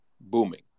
booming